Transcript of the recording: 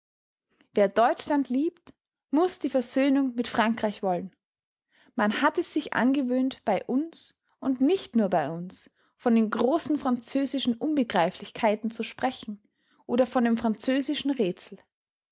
wer deutschland liebt muß die versöhnung mit frankreich wollen man hat es sich angewöhnt bei uns und nicht nur bei uns von den großen französischen unbegreiflichkeiten zu sprechen oder von dem französischen rätsel